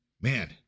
Man